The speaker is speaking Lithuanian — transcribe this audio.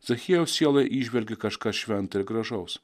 zachiejaus sielą įžvelgė kažką švento ir gražaus